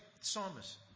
psalmist